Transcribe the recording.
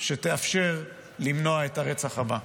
שתאפשר למנוע את הרצח הבא.